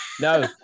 No